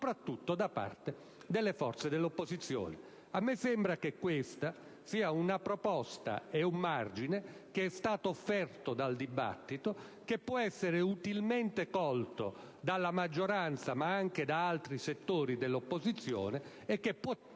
soprattutto da parte delle forze dell'opposizione. A me sembra che questi siano una proposta e un margine offerti dal dibattito che possono essere utilmente colti dalla maggioranza, ma anche da settori dell'opposizione. Tale